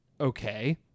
okay